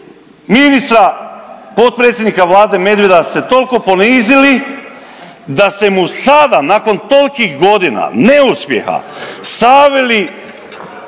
ministra, potpredsjednika Vlade Medveda ste toliko ponizili da ste mu sada, nakon tolikih godina neuspjeha stavili,